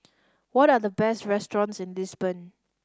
what are the best restaurants in Lisbon